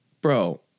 Bro